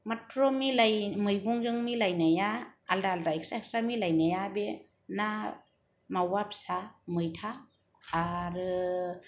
खालि मैगंजों मिलायनाया आलादा आलादा एकस्रा एकस्रा मिलायनाया बे ना मावा फिसा मैथा आरो